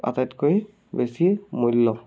আটাইতকৈ বেছি মূল্য